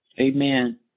Amen